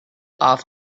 off